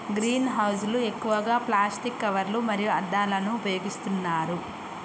green house లు ఎక్కువగా plastic కవర్లు మరియు అద్దాలను ఉపయోగిస్తున్నారు